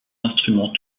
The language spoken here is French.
instruments